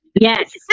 Yes